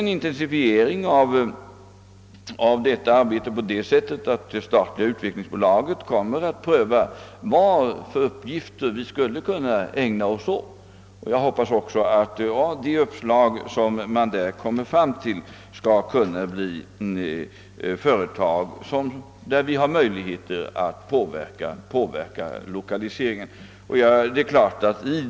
En intensifiering av strävandena i det avseendet kommer att göras genom att det statliga utvecklingsbolaget kommer att pröva vilka uppgifter vi kan ägna oss åt. Jag hoppas att det bland de uppslag som där kan komma fram skall finnas möjligheter att påverka lokaliseringen av några företag.